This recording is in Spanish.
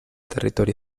territorio